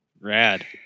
Rad